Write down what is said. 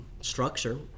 structure